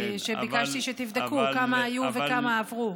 שביקשתי שתבדקו כמה היו וכמה עברו.